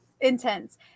intense